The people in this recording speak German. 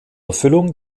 erfüllung